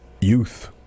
youth